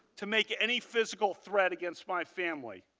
to make any physical threat against my family.